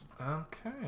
Okay